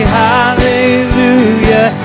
hallelujah